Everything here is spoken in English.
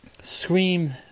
scream